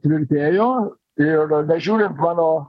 tvirtėjo ir nežiūrint mano